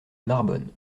narbonne